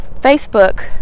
Facebook